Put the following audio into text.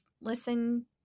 listen